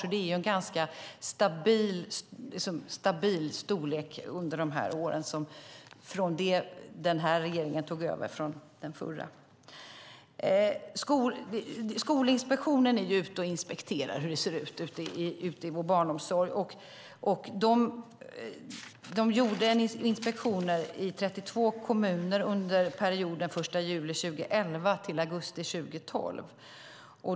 Det är alltså en ganska stabil storlek under åren sedan denna regering tog över efter den förra. Skolinspektionen är ute och inspekterar hur det ser ut i vår barnomsorg. De gjorde inspektioner i 32 kommuner mellan den 1 juli 2011 och augusti 2012.